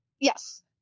Yes